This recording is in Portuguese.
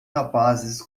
rapazes